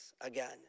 again